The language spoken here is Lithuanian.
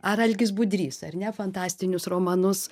ar algis budrys ar ne fantastinius romanus